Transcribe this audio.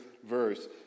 verse